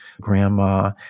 grandma